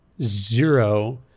zero